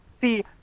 See